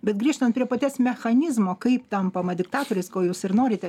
bet grįžtant prie paties mechanizmo kaip tampama diktatoriais ko jūs ir norite